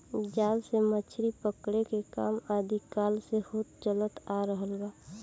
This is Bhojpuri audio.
जाल से मछरी पकड़े के काम आदि काल से होत चलत आ रहल बा